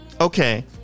Okay